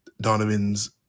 Donovan's